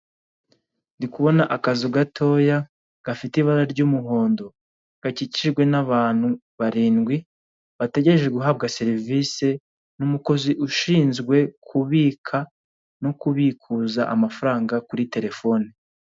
Ndi kubona akazu gatoya, gafite ibara ry'umuhondo. Gakikijwe n'abantu barindwi, bategereje guhabwa serivise n'umukozi ushinzwe kubika no kubikuza amafaranga kuri telefone.